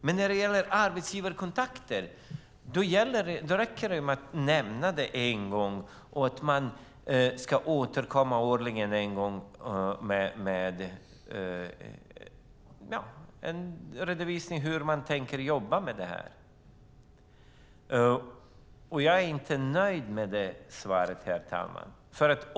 Men när det gäller arbetsgivarkontakter räcker det att nämna en gång att man ska återkomma årligen med en redovisning av hur man tänker jobba. Jag är inte nöjd med det svaret, herr talman.